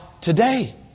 today